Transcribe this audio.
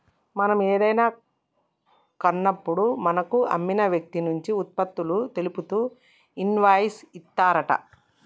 మనం ఏదైనా కాన్నప్పుడు మనకు అమ్మిన వ్యక్తి నుంచి ఉత్పత్తులు తెలుపుతూ ఇన్వాయిస్ ఇత్తారంట